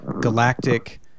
galactic